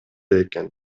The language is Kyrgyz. экен